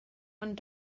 ond